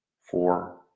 four